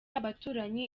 abaturanyi